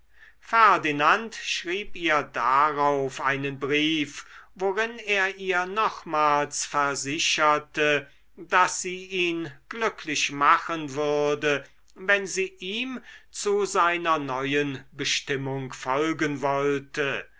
ferdinand schrieb ihr darauf einen brief worin er ihr nochmals versicherte daß sie ihn glücklich machen würde wenn sie ihm zu seiner neuen bestimmung folgen wollte